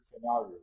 scenarios